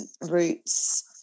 roots